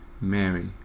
Mary